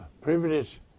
privilege